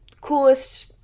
coolest